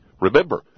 Remember